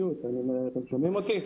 אתם שומעים אותי?